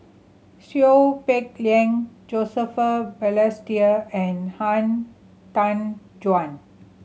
Seow Peck Leng Joseph Balestier and Han Tan Juan